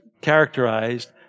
characterized